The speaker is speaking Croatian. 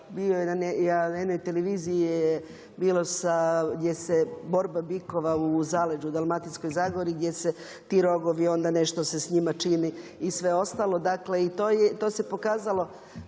bio je na jednoj televiziji bilo gdje se borba bikova u zaleđu u dalmatinskoj zagori gdje se ti rogovi onda se nešto s njima čini, i sve ostalo, dakle, to se pokazalo,